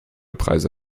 preise